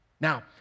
Now